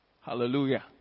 Hallelujah